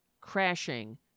crashing